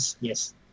yes